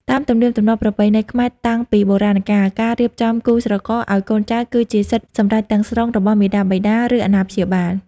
តាមទំនៀមទម្លាប់ប្រពៃណីខ្មែរតាំងពីបុរាណកាល ការរៀបចំគូស្រករឱ្យកូនចៅ គឺជាសិទ្ធិសម្រេចទាំងស្រុងរបស់មាតាបិតា ឬអាណាព្យាបាល។